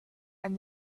and